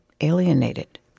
alienated